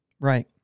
Right